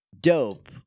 Dope